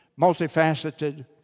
multifaceted